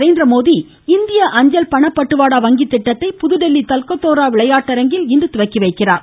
நரேந்திரமோடி இந்திய அஞ்சல் பணப்பட்டுவாடா வங்கித் திட்டத்தை புதுதில்லி தல்கத்தோரா விளையாட்டரங்கில் இன்று துவக்கி வைக்கிறார்